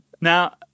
Now